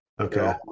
Okay